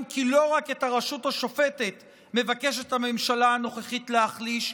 כי לא רק את הרשות השופטת מבקשת הממשלה הנוכחית להחליש,